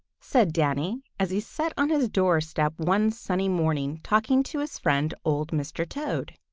said danny, as he sat on his doorstep one sunny morning talking to his friend, old mr. toad.